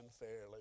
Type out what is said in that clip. unfairly